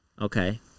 okay